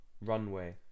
Runway